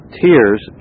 tears